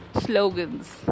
slogans